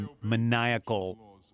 maniacal